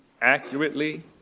accurately